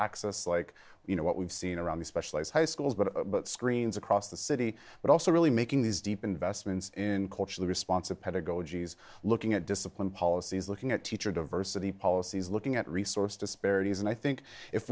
access like you know what we've seen around the especially high schools but screens across the city but also really making these deep investments in culturally responsive pedagogy is looking at discipline policies looking at teacher diversity policies looking at resource disparities and i think if